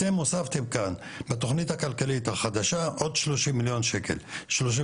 אתם הוספתם כאן בתוכנית הכלכלית החדשה עוד 32 מיליון ₪,